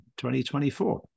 2024